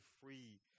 free